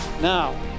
Now